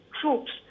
troops